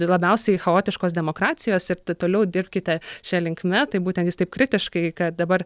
labiausiai chaotiškos demokracijos ir t toliau dirbkite šia linkme tai būtent jis taip kritiškai kad dabar